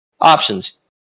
options